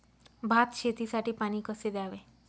भात शेतीसाठी पाणी कसे द्यावे?